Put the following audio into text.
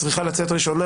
את צריכה לצאת ראשונה,